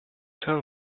tell